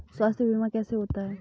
स्वास्थ्य बीमा कैसे होता है?